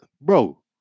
bro